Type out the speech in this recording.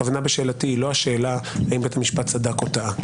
הכוונה בשאלתי היא לא השאלה אם בית משפט צדק או טעה.